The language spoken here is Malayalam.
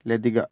ലതിക